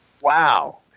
Wow